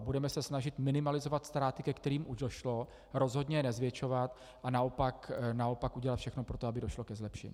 Budeme se snažit minimalizovat ztráty, ke kterým už došlo, rozhodně je nezvětšovat a naopak udělat všechno pro to, aby došlo ke zlepšení.